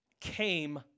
came